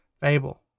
Fable